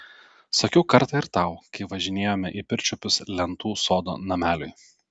sakiau kartą ir tau kai važinėjome į pirčiupius lentų sodo nameliui